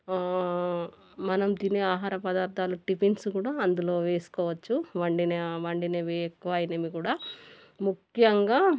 మనం తినే ఆహార పదార్థాలు టిఫిన్స్ కూడా అందులో వేసుకోవచ్చు వండిన వండినివి ఎక్కువ అయినవి కూడా ముఖ్యంగా